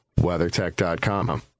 WeatherTech.com